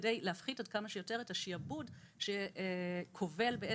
כדי להפחית כמה שיותר את השיעבוד שכובל את